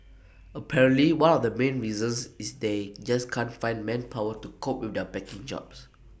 apparently one of the main reasons is they just can't find manpower to cope with their packing jobs